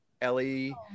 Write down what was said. ellie